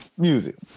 music